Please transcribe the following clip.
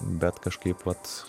bet kažkaip vat